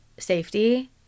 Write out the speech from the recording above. safety